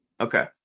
Okay